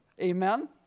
Amen